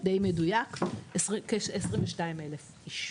די מדויק, כ-22,000 איש.